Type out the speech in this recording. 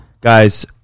Guys